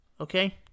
okay